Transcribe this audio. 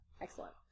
Excellent